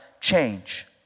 change